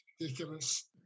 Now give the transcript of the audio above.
Ridiculous